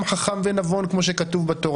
אולי הוא לא עם חכם ונבון כמו שכתוב בתורה,